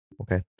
Okay